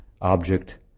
object